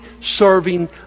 serving